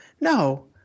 No